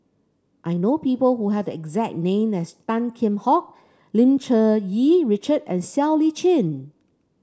I know people who have the exact name as Tan Kheam Hock Lim Cherng Yih Richard and Siow Lee Chin